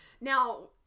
Now